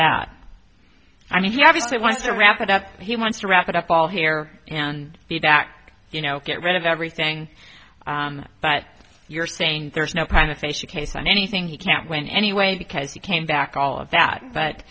that i mean he obviously wants to wrap it up he wants to wrap it up all here and be back you know get rid of everything but you're saying there's no penetration case and anything he can't win anyway because he came back all of that but